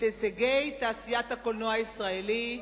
את הישגי תעשיית הקולנוע הישראלי.